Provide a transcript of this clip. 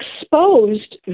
exposed